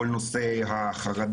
כל נושא החרדות,